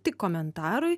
tik komentarui